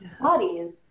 bodies